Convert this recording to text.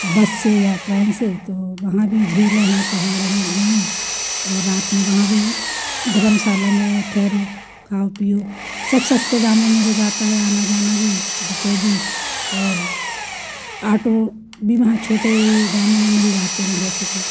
बस से या ट्रेन से तो वहाँ भी झीलें हैं पहाड़ हैं घूमें और रात में वहाँ भी धर्मशाला में ठेहरो खाओ पियो सब सस्ते दामों में हो जाता है आना जाना भी बुकें भी और आटो भी वहाँ छोटे दामों में मिल जाते हैं जैसे कि